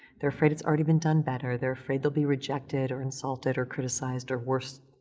they're afraid it's already been done better, they're afraid they'll be rejected or insulted or criticized or, worse,